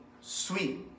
sweet